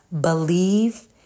believe